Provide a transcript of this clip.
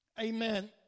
amen